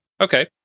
Okay